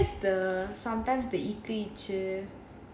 it's just the sometimes the க் ச்:ikh ich